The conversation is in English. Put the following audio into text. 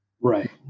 right